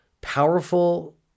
powerful